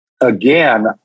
again